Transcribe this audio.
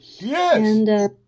Yes